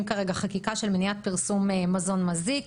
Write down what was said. כרגע חקיקה של מניעת פרסום מזון מזיק.